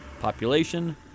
population